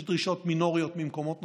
יש דרישות מינוריות ממקומות נוספים.